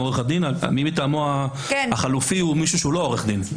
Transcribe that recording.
מי מטעמו החלופי הוא מישהו שאינו עורך דין.